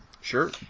Sure